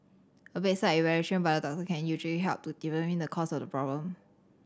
a bedside evaluation by the doctor can usually help to determine the cause of the problem